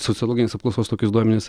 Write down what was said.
sociologinės apklausos tokius duomenis